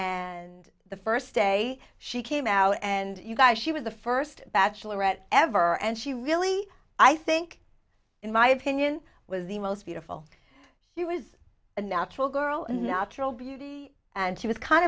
and the first day she came out and you guys she was the first bachelorette ever and she really i think in my opinion was the most beautiful she was a natural girl and natural beauty and she was kind